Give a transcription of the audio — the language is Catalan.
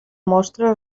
mostra